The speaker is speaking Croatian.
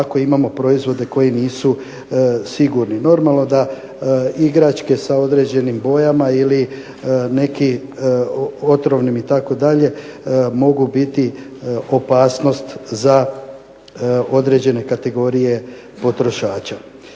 ako imamo proizvode koji nisu sigurni. Normalno da igračke sa određenim bojama ili nekim otrovnim itd. mogu biti opasnost za određene kategorije potrošača.